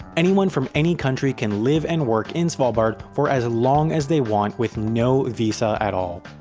anyone from any country can live and work in svalbard for as long as they want with no visa at all.